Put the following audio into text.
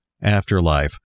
afterlife